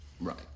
Right